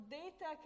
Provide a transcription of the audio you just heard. data